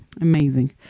Amazing